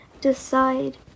decide